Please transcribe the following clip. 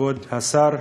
כבוד השר,